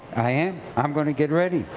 i am. i'm going to get ready.